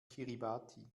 kiribati